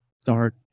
start